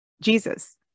Jesus